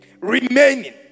remaining